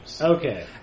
Okay